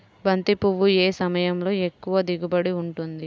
బంతి పువ్వు ఏ సమయంలో ఎక్కువ దిగుబడి ఉంటుంది?